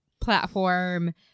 platform